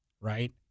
right